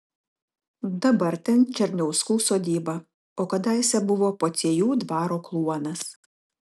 dabar ten černiauskų sodyba o kadaise buvo pociejų dvaro kluonas